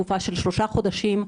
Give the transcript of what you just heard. לתקופה של שלושה חודשים,